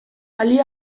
balio